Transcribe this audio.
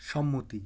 সম্মতি